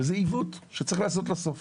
זה עיוות שצריך לעשות לו סוף,